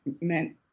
meant